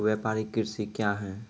व्यापारिक कृषि क्या हैं?